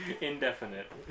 Indefinite